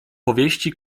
powieści